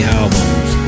albums